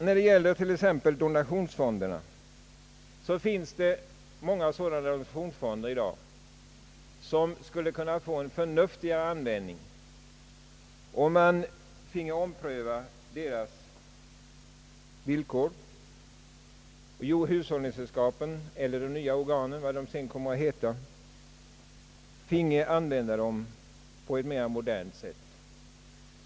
När det gäller donationsfonderna tror jag att det i dag finns många sådana som skulle kunna få en förnuftigare användning, om donationsvillkoren finge omprövas, om hushållningssällskapen eller de nya organen — vad de nu kommer att heta — finge använda fonderna på ett mera modernt sätt.